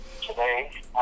today